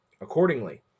Accordingly